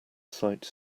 site